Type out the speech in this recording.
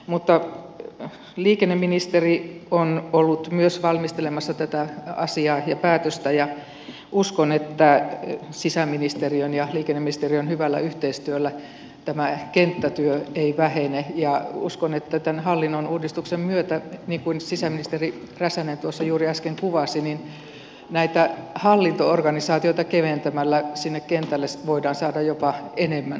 mutta liikenneministeri on ollut myös valmistelemassa tätä asiaa ja päätöstä ja uskon että sisäministeriön ja liikenneministeriön hyvällä yhteistyöllä tämä kenttätyö ei vähene ja uskon että tämän hallinnonuudistuksen myötä niin kuin sisäministeri räsänen tuossa juuri äsken kuvasi näitä hallinto organisaatioita keventämällä sinne kentälle voidaan saada jopa enemmän työntekijöitä